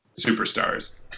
superstars